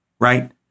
right